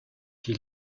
qui